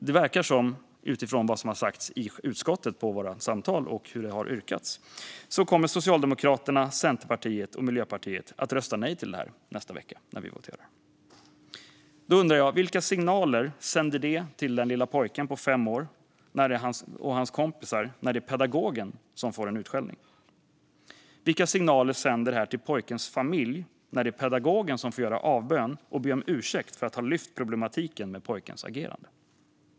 Det verkar, utifrån vad som har sagts under våra samtal i utskottet och hur det har yrkats, som att Socialdemokraterna, Centerpartiet och Miljöpartiet kommer att rösta nej till detta nästa vecka när vi voterar. Jag undrar: Vilka signaler sänder det till den lilla pojken på fem år och hans kompisar när det är pedagogen som får en utskällning? Vilka signaler sänder det till pojkens familj när det är pedagogen som får göra avbön och be om ursäkt för att ha lyft problematiken med pojkens agerande?